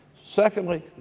secondly,